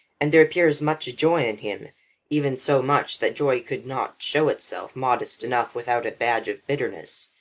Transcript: and there appears much joy in him even so much that joy could not show itself modest enough without a badge of bitterness.